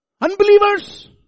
Unbelievers